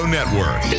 Network